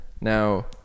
now